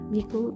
Miku